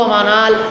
Manal